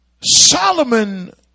Solomon